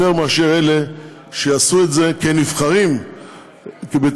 יותר מאשר אלה שעשו את זה כנבחרים בתמיכת